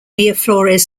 miraflores